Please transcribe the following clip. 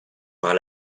par